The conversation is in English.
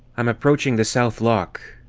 i'm approaching the south lock.